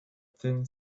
thin